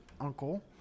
uncle